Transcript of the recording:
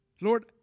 Lord